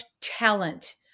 talent